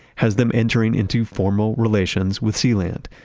has them entering into formal relations with sealand,